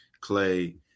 Clay